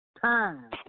Time